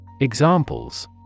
Examples